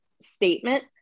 statement